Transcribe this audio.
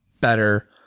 better